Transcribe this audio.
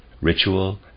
Ritual